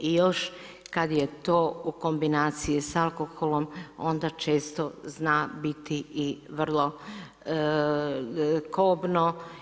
I još kada je to u kombinaciji sa alkoholom onda često zna biti i vrlo kobno.